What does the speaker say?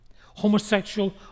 homosexual